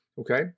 Okay